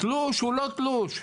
התלוש הוא לא תלוש.